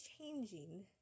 changing